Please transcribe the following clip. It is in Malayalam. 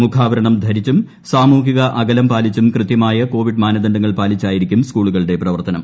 മുഖാവരണം ധരിച്ചും സാമൂഹികാകലം പാലിച്ചും കൃത്യമായ കോവിഡ് മാനദണ്ഡങ്ങൾ പാലിച്ചായിരിക്കും സ്കൂളുകളുടെ പ്രവർത്തനം